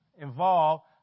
involved